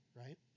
right